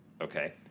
Okay